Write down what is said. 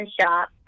shop